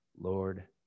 Lord